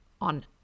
on